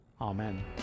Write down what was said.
Amen